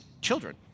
children